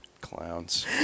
Clowns